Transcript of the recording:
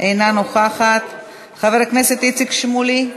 אינה נוכחת, חבר הכנסת איציק שמולי,